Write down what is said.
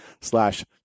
slash